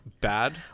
bad